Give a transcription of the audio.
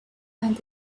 and